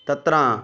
तत्र